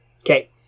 Okay